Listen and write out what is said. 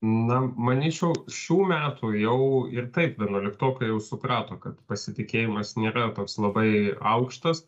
na manyčiau šių metų jau ir taip vienuoliktokai jau suprato kad pasitikėjimas nėra toks labai aukštas